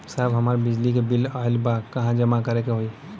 साहब हमार बिजली क बिल ऑयल बा कहाँ जमा करेके होइ?